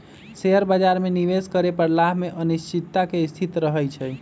share बाजार में निवेश करे पर लाभ में अनिश्चितता के स्थिति रहइ छइ